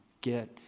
Get